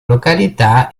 località